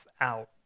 out